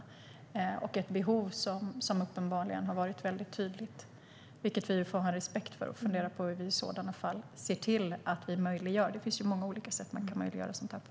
Det är ett behov som uppenbarligen har varit väldigt tydligt. Det får vi ha respekt för, och vi får fundera på hur vi i sådana fall ser till att möjliggöra detta. Det finns många olika sätt man kan möjliggöra detta på.